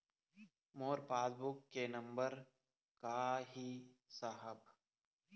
मोर passbook के नंबर का ही साहब?